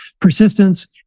persistence